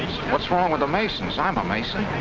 what's wrong with the masons? i'm a mason!